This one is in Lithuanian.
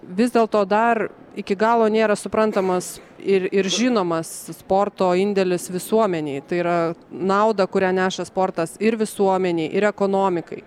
vis dėlto dar iki galo nėra suprantamas ir ir žinomas sporto indėlis visuomenei tai yra nauda kurią neša sportas ir visuomenei ir ekonomikai